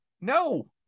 No